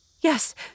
Yes